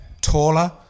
taller